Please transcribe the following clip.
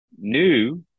New